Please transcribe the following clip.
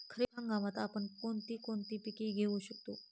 खरीप हंगामात आपण कोणती कोणती पीक घेऊ शकतो?